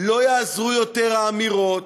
לא יעזרו יותר האמירות,